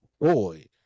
boy